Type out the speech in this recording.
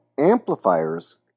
amplifiers